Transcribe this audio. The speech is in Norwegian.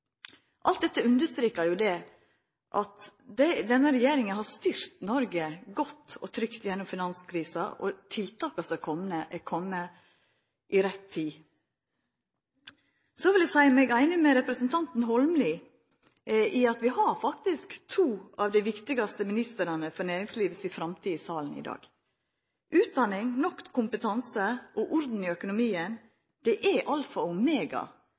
Alt dette understrekar at denne regjeringa har styrt Noreg godt og trygt gjennom finanskrisa, og tiltaka som er komne, er komne i rett tid. Så vil eg seia meg einig med representanten Holmelid i at vi faktisk har to av dei viktigaste ministrane for næringslivet si framtid i salen i dag. Utdanning, nok kompetanse og orden i økonomien er alfa og omega